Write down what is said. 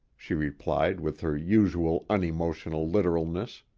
she replied with her usual unemotional literalness.